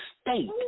state